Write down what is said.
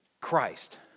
Christ